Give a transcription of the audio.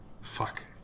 Fuck